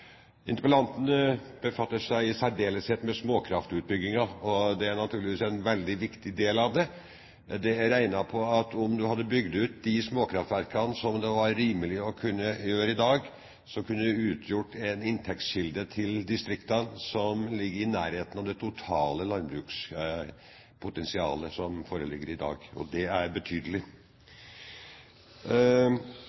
befatter seg i særdeleshet med småkraftutbyggingen, og det er naturligvis en veldig viktig del av det. Det er regnet på at om man hadde bygd ut de småkraftverkene som det var rimelig å kunne gjøre i dag, så kunne det utgjort en inntektskilde for distriktene som ligger i nærheten av det totale landbrukspotensialet som foreligger i dag, og det er betydelig.